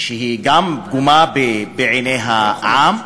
שהיא גם פגומה בעיני העם,